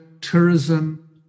tourism